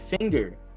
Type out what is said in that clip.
finger